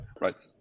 right